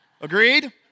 Agreed